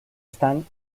están